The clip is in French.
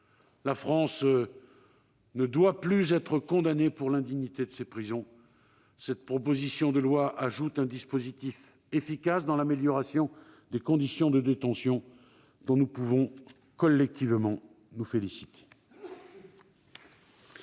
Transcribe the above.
La France ne doit plus être condamnée pour l'indignité de ses prisons. Cette proposition de loi ajoute un dispositif efficace dans l'amélioration des conditions de détention, dont nous pouvons collectivement nous féliciter.